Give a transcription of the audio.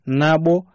nabo